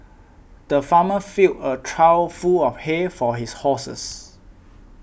the farmer filled a trough full of hay for his horses